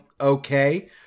okay